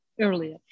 earlier